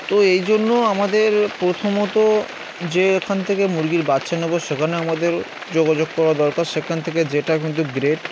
তো এই জন্য আমাদের প্রথমত যে এখান থেকে মুরগির বাচ্ছে নেবো সেখানে আমাদের যোগাযোগ করা দরকার সেখান থেকে যেটা কিন্তু